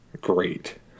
great